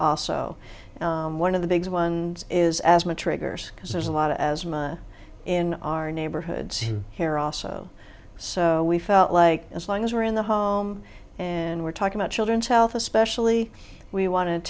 also one of the bigs ones is asthma triggers because there's a lot of asthma in our neighborhoods here also so we felt like as long as we're in the home and we're talking about children's health especially we want